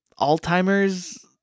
Alzheimer's